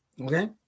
okay